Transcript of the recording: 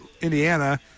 Indiana